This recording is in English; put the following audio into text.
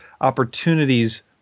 opportunities